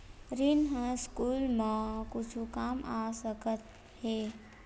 ऋण ह स्कूल मा कुछु काम आ सकत हे?